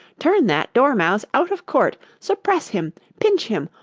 turn that dormouse out of court! suppress him! pinch him!